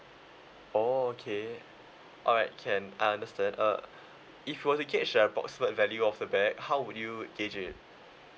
oh okay alright can I understand uh if you were to gauge the approximate value of the bag how would you gauge it